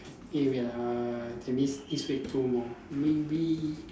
eh wait uh that means this week two maybe